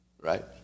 right